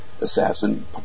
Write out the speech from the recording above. assassin